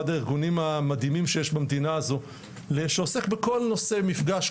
אחד הארגונים המדהימים שיש במדינה הזו שעוסק בכל נושא מפגש,